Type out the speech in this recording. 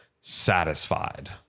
satisfied